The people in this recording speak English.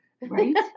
Right